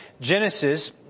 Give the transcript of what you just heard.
Genesis